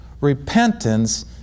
repentance